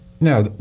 Now